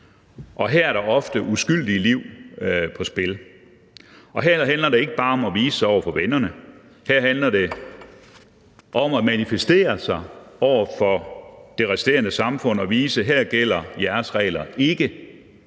og her er der ofte uskyldige liv på spil. Her handler det ikke bare om at vise sig over for vennerne, her handler det om at manifestere sig over for det resterende samfund og vise: Her gælder jeres regler ikke,